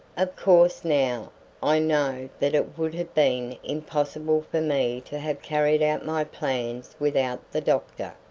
of course now i know that it would have been impossible for me to have carried out my plans without the doctor,